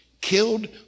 killed